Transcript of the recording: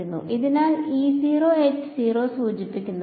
അതിനാൽ സൂചിപ്പിക്കുന്നത്